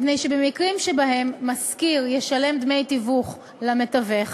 מפני שבמקרים שבהם משכיר ישלם דמי תיווך למתווך